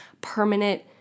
permanent